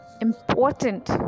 important